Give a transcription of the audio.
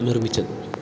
നിർമ്മിച്ചത്